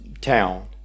town